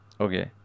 Okay